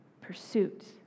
pursuit